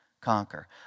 conquer